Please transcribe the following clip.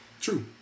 True